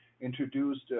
introduced